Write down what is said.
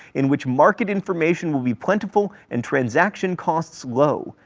in which market information will be plentiful and transaction costs low.